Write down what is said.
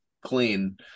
clean